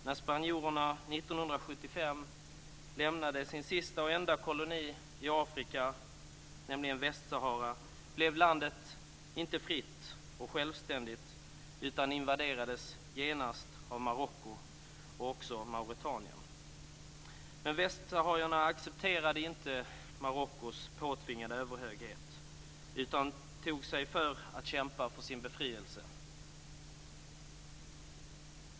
När spanjorerna 1975 lämnade sin sista och enda koloni i Afrika, nämligen Västsahara, blev landet inte fritt och självständigt, utan invaderades genast av Marocko och också av Mauretanien. Men västsaharierna accepterade inte Marockos påtvingade överhöghet utan tog sig för att kämpa för sin befrielse.